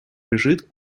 лежит